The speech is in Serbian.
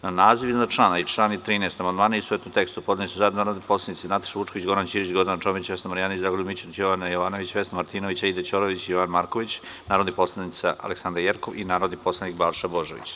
Na naziv iznad člana i član 13. amandmane, u istovetnom tekstu, podneli su zajedno narodni poslanici Nataša Vučković, Goran Ćirić, Gordana Čomić, Vesna Marjanović, Dragoljub Mićunović, Jovana Jovanović, Vesna Martinović, Aida Ćorović i Jovan Marković, narodni poslanik mr Aleksandra Jerkov i narodni poslanik Balša Božović.